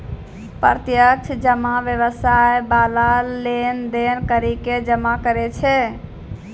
प्रत्यक्ष जमा व्यवसाय बाला लेन देन करि के जमा करै छै